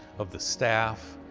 of the staff,